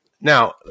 Now